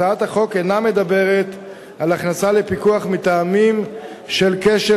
הצעת החוק אינה מדברת על הכנסה לפיקוח מטעמים של כשל